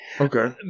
Okay